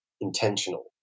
intentional